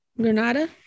Granada